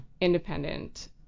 independent